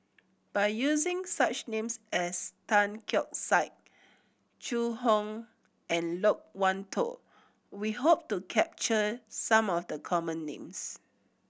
by using such names as Tan Keong Saik Zhu Hong and Loke Wan Tho we hope to capture some of the common names